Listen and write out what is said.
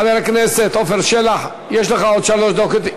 חבר הכנסת עפר שלח, יש לך עוד שלוש דקות.